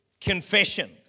confession